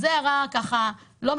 זאת הערה לא מקובלת,